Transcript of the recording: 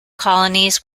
colonies